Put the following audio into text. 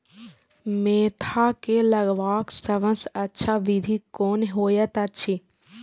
Mentha के लगवाक सबसँ अच्छा विधि कोन होयत अछि?